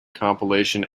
compilation